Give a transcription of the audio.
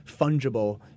fungible